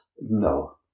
No